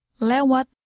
lewat